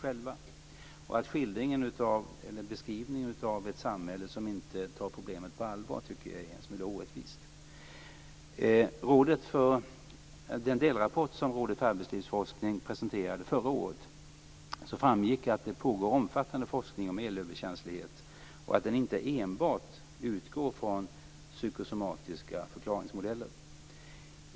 Jag tycker att beskrivningen av ett samhälle som inte tar problemet på allvar är en smula orättvis. Av den delrapport som Rådet för arbetslivsforskning presenterade förra året framgick att det pågår omfattande forskning om elöverkänslighet och att den inte enbart utgår från psykosomatiska förklaringsmodeller.